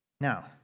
Now